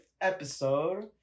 episode